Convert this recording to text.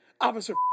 officer